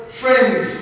friends